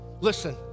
listen